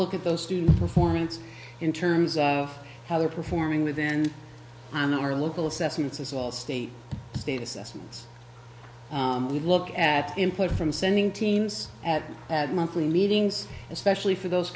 look at those student performance in terms of how they're performing within our local assessments of state the state assessments we look at input from sending teams at monthly meetings especially for those